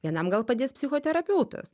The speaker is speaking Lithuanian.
vienam gal padės psichoterapeutas